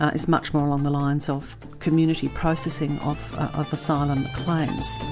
ah is much more along the lines of community processing of of asylum claims.